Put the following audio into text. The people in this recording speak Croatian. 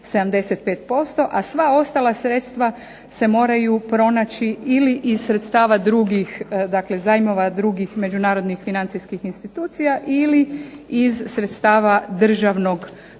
75%, a sva ostala sredstva se moraju pronaći ili iz sredstava drugih, dakle zajmova drugih međunarodnih financijskih institucija ili iz sredstava državnog proračuna.